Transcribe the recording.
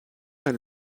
elle